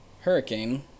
hurricane